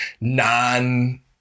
non